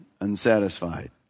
unsatisfied